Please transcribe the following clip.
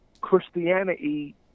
Christianity